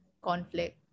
conflict